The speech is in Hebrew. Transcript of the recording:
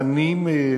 דנים,